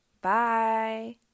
bye